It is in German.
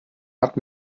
hat